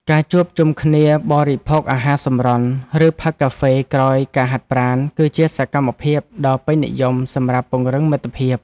ការជួបជុំគ្នាបរិភោគអាហារសម្រន់ ឬផឹកកាហ្វេក្រោយការហាត់ប្រាណ គឺជាសកម្មភាពដ៏ពេញនិយមសម្រាប់ពង្រឹងមិត្តភាព។